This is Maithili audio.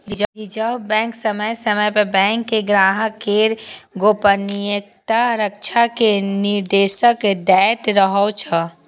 रिजर्व बैंक समय समय पर बैंक कें ग्राहक केर गोपनीयताक रक्षा के निर्देश दैत रहै छै